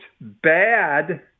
bad